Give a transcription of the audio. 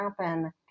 happen